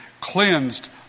cleansed